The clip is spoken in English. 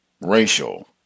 Racial